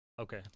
Okay